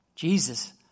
Jesus